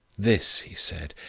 this, he said,